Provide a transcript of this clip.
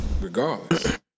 regardless